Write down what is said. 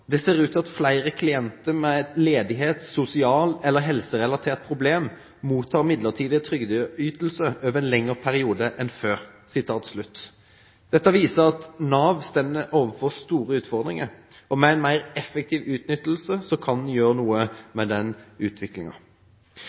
ser ut til at flere klienter med et ledighets- sosial- eller helserelatert problem mottar midlertidige trygdeytelser over en lengre periode enn før.» Dette viser at Nav står overfor store utfordringer, og ved en mer effektiv utnyttelse kan man gjøre noe med den